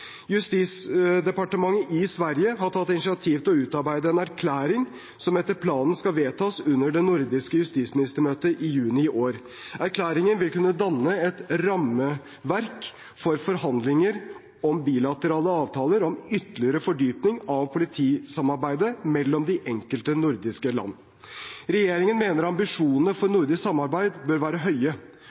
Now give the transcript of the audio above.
Justisdepartementet i Sverige har tatt initiativ til å utarbeide en erklæring som etter planen skal vedtas under det nordiske justisministermøtet i juni i år. Erklæringen vil kunne danne et rammeverk for forhandlinger om bilaterale avtaler om ytterligere fordypning av politisamarbeidet mellom de enkelte nordiske land. Regjeringen mener ambisjonene for nordisk samarbeid bør være høye.